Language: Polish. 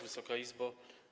Wysoka Izbo!